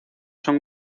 son